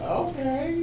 okay